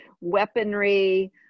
Weaponry